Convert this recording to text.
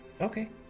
Okay